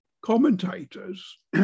commentators